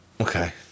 Okay